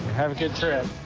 have a good trip.